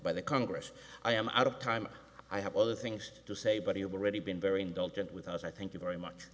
by the congress i am out of time i have other things to say but here we are ready been very indulgent with us i thank you very much